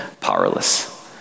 powerless